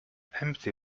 empty